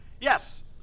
Yes